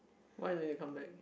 why don't you come back